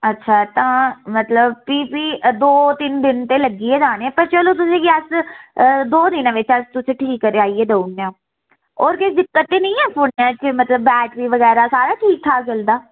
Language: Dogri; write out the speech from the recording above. अच्छा तां मतलब भी भी दो तिन्न दिन ते लग्गी गै जाने पर चलो तुसें गी अस दो दिनें बिच अस तुसें ई ठीक कराइयै देई ओड़नेआं होर किश फाल्ट ते निं ऐ फोनै च बैटरी बगैरा सारा ठीक ठाक चलदा